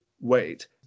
wait